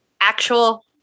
actual